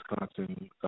Wisconsin